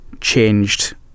changed